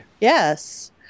Yes